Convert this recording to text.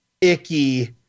icky